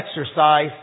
exercise